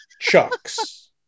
Chucks